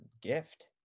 gift